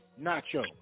Nacho